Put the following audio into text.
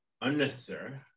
unnecessary